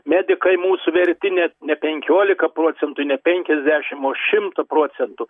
medikai mūsų verti net ne penkiolika procentų ne penkiasdešim o šimtą procentų